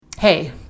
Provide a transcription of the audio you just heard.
Hey